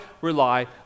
rely